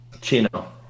Chino